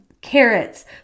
carrots